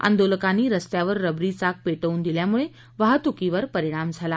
आंदोलनकांनी स्स्त्यावर रबरी चाक पेटवून दिल्यामुळे वाहतुकीवर परिणाम झाला